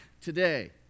today